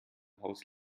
haus